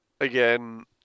Again